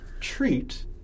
treat